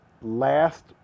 last